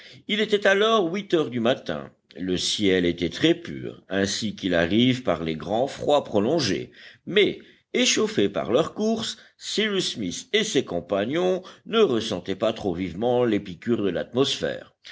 il était alors huit heures du matin le ciel était très pur ainsi qu'il arrive par les grands froids prolongés mais échauffés par leur course cyrus smith et ses compagnons ne ressentaient pas trop vivement les piqûres de l'atmosphère